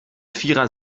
vierer